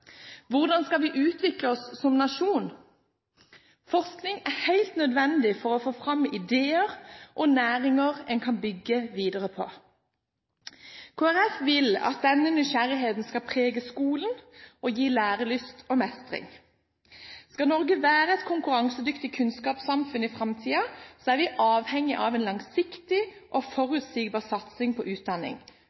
Hvordan skal vi utvikle oss som nasjon? Forskning er helt nødvendig for å få fram ideer og næringer en kan bygge videre på. Kristelig Folkeparti vil at denne nysgjerrigheten skal prege skolen og gi lærelyst og mestring. Skal Norge være et konkurransedyktig kunnskapssamfunn i framtiden, er vi avhengig av en langsiktig og forutsigbar satsing på utdanning,